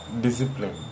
discipline